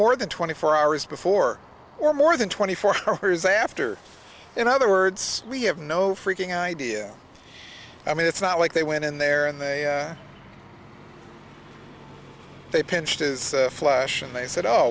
more than twenty four hours before or more than twenty four hours after in other words we have no freaking idea i mean it's not like they went in there and they they pinched his flush and they said oh